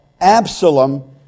Absalom